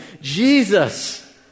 Jesus